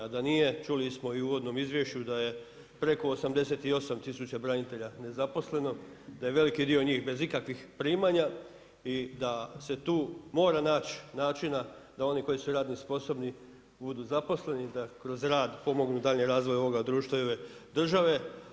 Da nije, čuli smo i u uvodnom izvješću, da je preko 88000 branitelja nezaposleno, da je veliki dio njih bez ikakvih primanja i da se tu mora naći načina da oni koji su radno sposobni budu zaposleni, da kroz rad pomognu danjem razvoju ovoga društva i ove države.